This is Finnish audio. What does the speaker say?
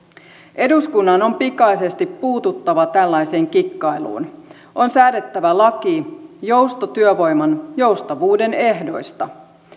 eduskunnan on pikaisesti puututtava tällaiseen kikkailuun on säädettävä laki joustotyövoiman joustavuuden ehdoista